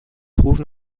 trouve